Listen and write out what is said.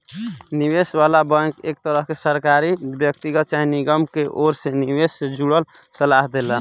निवेश वाला बैंक एक तरह के सरकारी, व्यक्तिगत चाहे निगम के ओर से निवेश से जुड़ल सलाह देला